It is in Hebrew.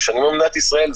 וכשאני אומר "מדינת ישראל",